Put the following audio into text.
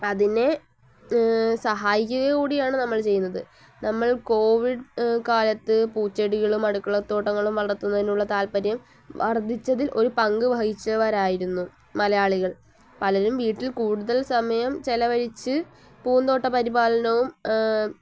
അതിനെ സഹായിക്കുക കൂടിയാണ് നമ്മൾ ചെയ്യുന്നത് നമ്മൾ കോവിഡ് കാലത്ത് പൂച്ചെടികളും അടുക്കളത്തോട്ടങ്ങളും വളർത്തുന്നതിനുള്ള താല്പര്യം വർദ്ധിച്ചതിൽ ഒരു പങ്കുവഹിച്ചവരായിരുന്നു മലയാളികൾ പലരും വീട്ടിൽ കൂടുതൽ സമയം ചിലവഴിച്ച് പൂന്തോട്ട പരിപാലനവും